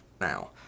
now